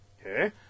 Okay